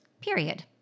period